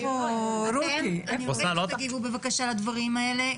אני רוצה שתגיבו, בבקשה, לדברים האלה.